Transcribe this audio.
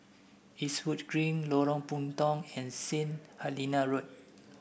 Eastwood Green Lorong Puntong and Saint Helena Road